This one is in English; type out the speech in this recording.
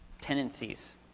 tendencies